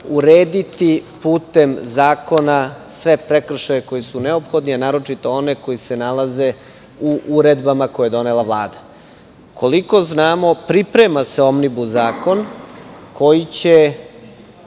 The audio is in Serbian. urediti putem zakona sve prekršaje koji su neophodni, a naročito one koji se nalaze u uredbama koje je donela Vlada. Koliko znamo, priprema se omnibus koji će